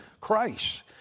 Christ